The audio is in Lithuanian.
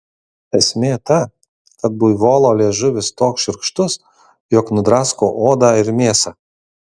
esmė ta kad buivolo liežuvis toks šiurkštus jog nudrasko odą ir mėsą